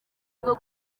bwo